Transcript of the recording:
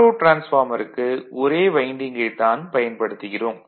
auto டிரான்ஸ்பார்மருக்கு ஒரே வைண்டிங்கைத் தான் பயன்படுத்துகிறோம்